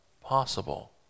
possible